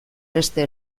beste